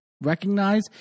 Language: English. recognize